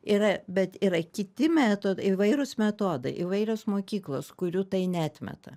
yra bet yra kiti metod įvairūs metodai įvairios mokyklos kurių tai neatmeta